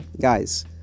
guys